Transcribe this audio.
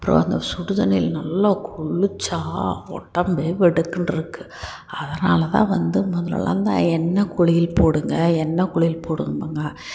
அப்புறம் அந்த சூடுதண்ணியில் நல்லா குளித்தா உடம்பு வெடுக்குன்ட்ருக்கு அதனால் தான் வந்து முதலெல்லாந்தான் எண்ணெய் குளியல் போடுங்கள் எண்ணெய் குளியல் போடுங்கம்பாங்க